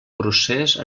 procés